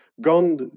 gone